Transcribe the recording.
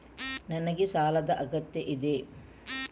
ನನಗೆ ಸಾಲದ ಅಗತ್ಯ ಇದೆ?